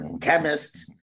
chemist